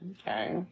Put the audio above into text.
okay